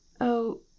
Oh